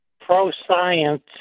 pro-science